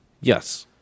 Yes